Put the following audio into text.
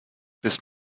bis